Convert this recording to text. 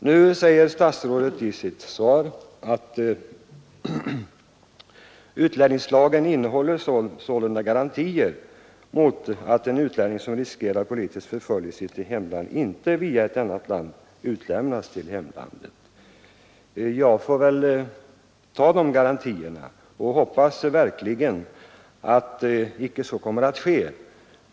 Nu säger statsrådet i sitt svar: ”Utlänningslagen innehåller sålunda garantier mot att utlänning som riskerar politisk förföljelse i sitt hemland inte via ett annat land utlämnas till hemlandet.” Jag får väl tro på dessa garantier och hoppas verkligen att någon sådan utlämning inte kommer att ske.